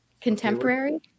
Contemporary